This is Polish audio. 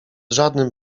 żadnym